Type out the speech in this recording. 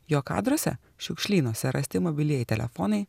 jo kadruose šiukšlynuose rasti mobilieji telefonai